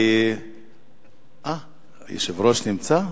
היושב-ראש נמצא?